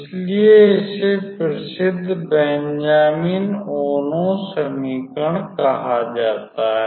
इसलिए इसे प्रसिद्ध बेंजामिन ओनो समीकरण कहा जाता है